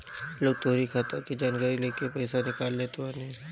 लोग तोहरी खाता के जानकारी लेके पईसा निकाल लेत बाने